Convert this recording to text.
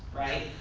right?